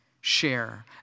share